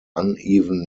uneven